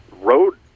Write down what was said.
road